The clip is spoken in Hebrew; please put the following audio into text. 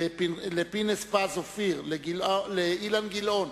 לפינס-פז אופיר, לאילן גילאון,